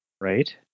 right